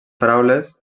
paraules